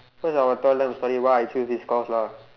first I will tell them a story why I will chose this course lah